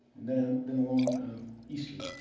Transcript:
then then along eastern.